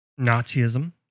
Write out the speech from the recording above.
Nazism